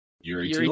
Yuri